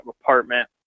apartment